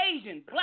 Asian